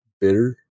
bitter